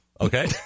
Okay